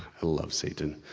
i love satan's,